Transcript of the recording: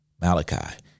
Malachi